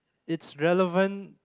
it's relevant